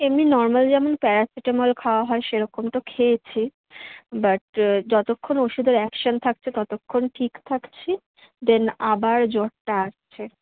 এমনি নরমাল যেমন প্যারাসিটামল খাওয়া হয় সেরকম তো খেয়েছি বাট যতক্ষণ ওষুধের অ্যাকশান থাকছে ততক্ষণ ঠিক থাকছি দেন আবার জ্বরটা আসছে